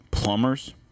Plumbers